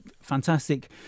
fantastic